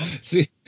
see